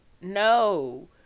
no